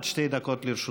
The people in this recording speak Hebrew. עד שתי דקות לרשותך.